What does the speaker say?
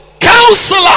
Counselor